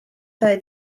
sai